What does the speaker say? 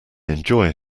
enjoy